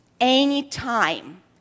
anytime